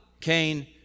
Cain